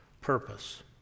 purpose